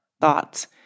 thoughts